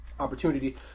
opportunity